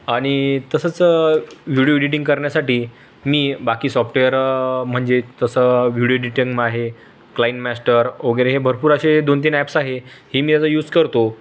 आणि तसंच video editing करण्यासाठी मी बाकी सॉप्टवेअर म्हणजे तसं विडिओ आहे क्लाइम मॅस्टर ओगरे हे भरपूर असे दोन तीन ॲप्स आहे हे मी आता यूज करतो